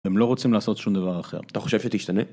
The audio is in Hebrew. הם לא רוצים לעשות שום דבר אחר. אתה חושב שתשתנה?